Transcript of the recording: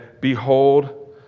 Behold